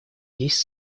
есть